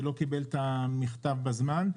שלא קיבל את המכתב בזמן,